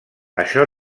això